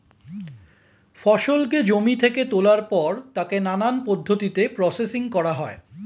ফসলকে জমি থেকে তোলার পর তাকে নানান পদ্ধতিতে প্রসেসিং করা হয়